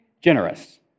generous